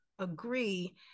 agree